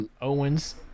owens